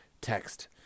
text